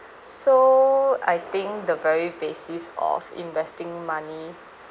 so I think the very basis of investing money